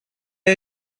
her